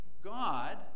God